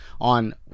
on